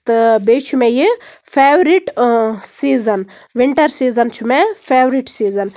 تہٕ بیٚیہِ چھ مےٚ یہِ فیورِٹ سیٖزَن وِنٹر سیٖزَن چھُ مےٚ فیورِٹ سیٖزَن